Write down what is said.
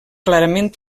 clarament